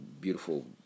beautiful